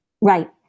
Right